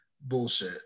bullshit